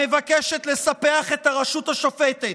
המבקשת לספח את הרשות השופטת,